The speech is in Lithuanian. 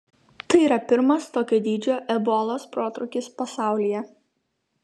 tai yra pirmas tokio dydžio ebolos protrūkis pasaulyje